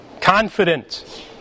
confident